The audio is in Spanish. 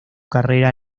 carrera